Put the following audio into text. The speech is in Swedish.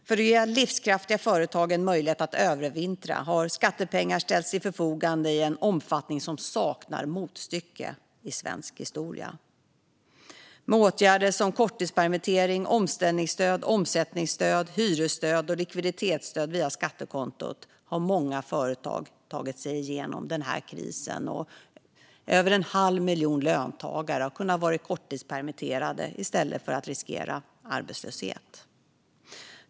För att ge livskraftiga företag en möjlighet att övervintra har skattepengar ställts till förfogande i en omfattning som saknar motstycke i svensk historia. Med åtgärder som korttidspermittering, omställningsstöd, omsättningsstöd, hyresstöd och likviditetsstöd via skattekontot har många företag tagit sig igenom den här krisen. Över en halv miljon löntagare har kunnat vara korttidspermitterade i stället för att riskera arbetslöshet.